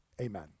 Amen